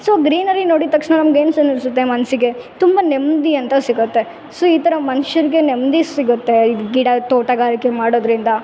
so greenery ನೋಡಿದ ತಕ್ಷಣ ನಮ್ಗೆ ಏನು ಅನಿಸುತ್ತೆ ಮನಸ್ಸಿಗೆ ತುಂಬ ನೆಮ್ಮದಿ ಅಂತ ಸಿಗುತ್ತೆ ಸೊ ಈ ಥರ ಮನುಷ್ಯರ್ಗೆ ನೆಮ್ಮದಿ ಸಿಗುತ್ತೆ ಇದು ಗಿಡ ತೋಟಗಾರಿಕೆ ಮಾಡೋದರಿಂದ